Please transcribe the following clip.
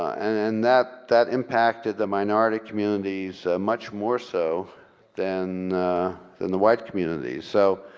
and and that that impacted the minority communities much more so than than the white community. so